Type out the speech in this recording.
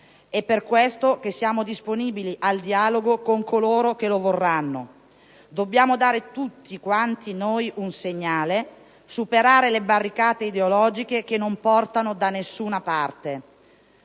È per questo che siamo disponibili al dialogo con coloro che lo vorranno. Dobbiamo dare tutti quanti noi un segnale: superare le barricate ideologiche che non portano da nessuna parte.